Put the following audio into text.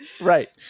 Right